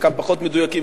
חלקם פחות מדויקים,